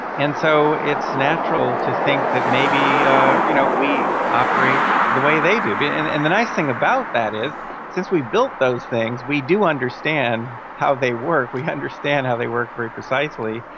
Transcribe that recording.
and so it's natural to think that maybe you know we operate the way they do. and and the nice thing about that is since we built those things we do understand how they work, we understand how they work very precisely,